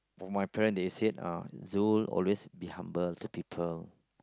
for my parents they said uh Zul always be humble to people